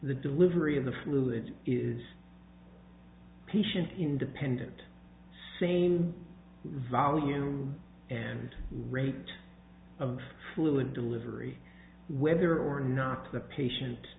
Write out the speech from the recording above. the delivery of the fluids is patient independent sane volume and rate of fluid delivery whether or not the patient